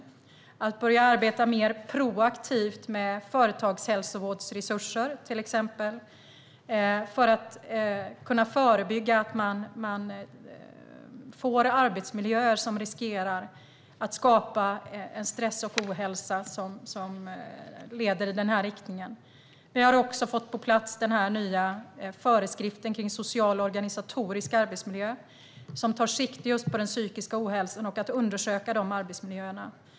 Det handlar om att man ska börja arbeta mer proaktivt med till exempel företagshälsovårdsresurser för att kunna förebygga arbetsmiljöer som riskerar att skapa en stress och ohälsa som leder i denna riktning. Vi har också fått den nya föreskriften om social och organisatorisk arbetsmiljö på plats, som tar sikte just på den psykiska ohälsan och på att man ska undersöka dessa arbetsmiljöer.